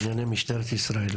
בענייני משטרת ישראל.